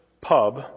pub